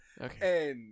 Okay